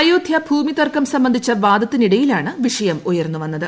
അയോദ്ധ്യ ഭൂമി തർക്കം സംബന്ധിച്ച വാദത്തിനിടയിലാണ് വിഷയം ഉയർന്നു വന്നത്